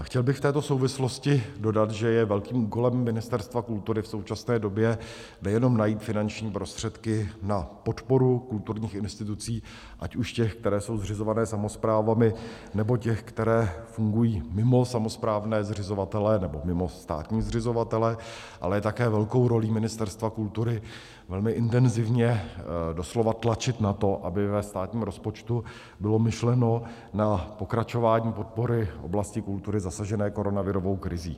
Chtěl bych v této souvislosti dodat, že je velkým úkolem Ministerstva kultury v současné době nejenom najít finanční prostředky na podporu kulturních institucí, ať už těch, které jsou zřizované samosprávami, nebo těch, které fungují mimo samosprávné zřizovatele nebo mimo státní zřizovatele, ale je také velkou rolí Ministerstva kultury velmi intenzivně doslova tlačit na to, aby ve státním rozpočtu bylo myšleno na pokračování podpory oblasti kultury zasažené koronavirovou krizí.